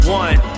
one